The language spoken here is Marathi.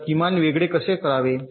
तर किमान वेगळे कसे करावे